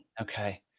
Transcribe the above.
Okay